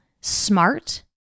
smart